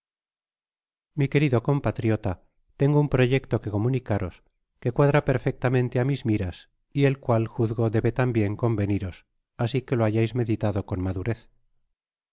mi querido compatriota tengo un proyecto que comunicaros que cuadra perfectamente á mis miras y el cual juzgo debe tambien conveniros asi que lo hayais meditado con